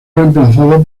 reemplazado